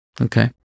Okay